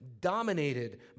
dominated